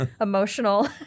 emotional